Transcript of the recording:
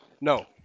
No